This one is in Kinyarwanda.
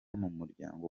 mumuryango